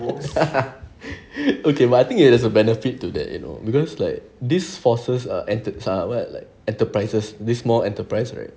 okay but I think there's a benefit to that you know because like these forces are entertile~ but like enterprises this small enterprise right